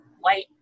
white